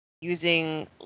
using